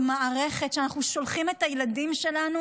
במערכת שאנחנו שולחים אליה את הילדים שלנו